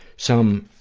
some